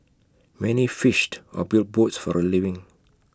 many fished or built boats for A living